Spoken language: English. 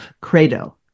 credo